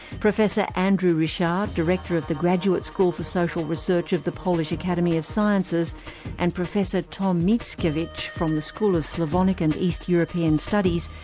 professor andrzej and rychard, director of the graduate school for social research of the polish academy of sciences and professor tom mickiewicz from the school of slavonic and east european studies,